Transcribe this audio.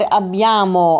abbiamo